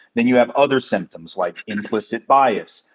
and you have other symptoms like implicit bias.